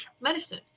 medicine